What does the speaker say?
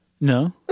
No